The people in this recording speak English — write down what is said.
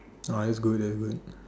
!wah! that's good that's good